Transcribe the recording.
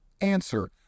Answer